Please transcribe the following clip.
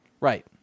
Right